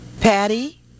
Patty